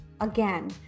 again